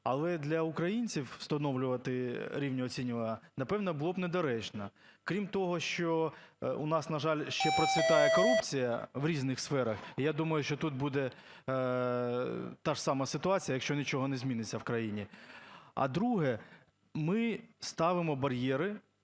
але для українців встановлювати рівні оцінювання, напевно, було б недоречно. Крім того, що у нас, на жаль, ще процвітає корупція у різних сферах, і я думаю, що тут буде та ж сама ситуація, якщо нічого не зміниться в країні. А друге – ми ставимо бар'єри